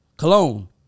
Cologne